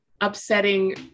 upsetting